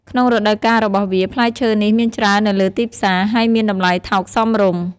ក្នុងរដូវកាលរបស់វា ផ្លែឈើនេះមានច្រើននៅលើទីផ្សារ ហើយមានតម្លៃថោកសមរម្យ។